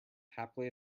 happily